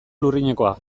lurrinekoa